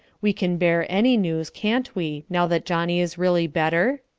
we can bear any news, can't we, now that johnnie is really better?